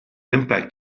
impact